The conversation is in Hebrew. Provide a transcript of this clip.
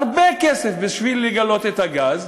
הרבה כסף בשביל לגלות את הגז,